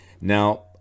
Now